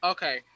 Okay